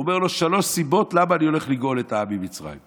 הוא אומר לו שלוש סיבות למה הוא הולך לגאול את העם ממצרים.